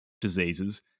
diseases